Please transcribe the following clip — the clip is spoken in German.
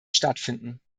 stattfinden